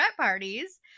parties